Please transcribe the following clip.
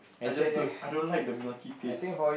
I just don't I don't like the milky taste